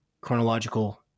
chronological